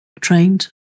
trained